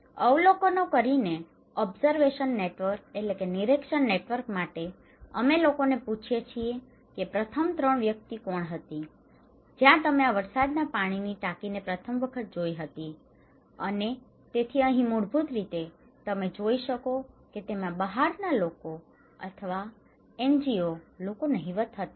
અવલોકનો કરીને observation network observation network નિરીક્ષણ નેટવર્ક માટે અમે લોકોને પૂછીએ છીએ કે પ્રથમ ત્રણ વ્યક્તિઓ કોણ હતી જ્યાં તમે આ વરસાદનાં પાણીની ટાંકીને પ્રથમ વખત જોય હતી અને તેથી અહીં મૂળભૂત રીતે તમે જોઈ શકો છો કે તેમાં બહારના લોકો અથવા એનજીઓ લોકો નહિવત્ હતા